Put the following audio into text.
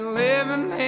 living